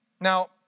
Now